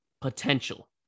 potential